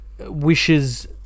wishes